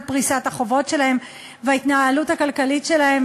פריסת החובות שלהם וההתנהלות הכלכלית שלהם.